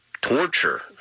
torture